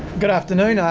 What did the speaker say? good afternoon,